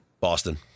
Boston